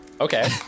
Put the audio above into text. Okay